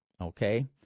okay